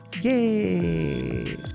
Yay